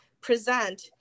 present